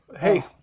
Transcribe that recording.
Hey